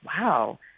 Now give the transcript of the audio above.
wow